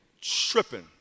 Tripping